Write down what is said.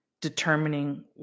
determining